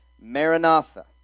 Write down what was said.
Maranatha